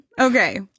Okay